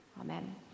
amen